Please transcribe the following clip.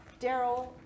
Daryl